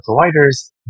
providers